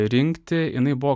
rinkti jinai buvo